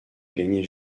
gagner